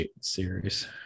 series